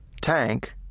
Tank